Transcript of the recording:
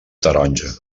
taronja